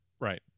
Right